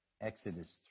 Exodus